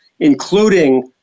including